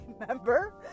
remember